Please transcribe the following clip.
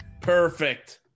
Perfect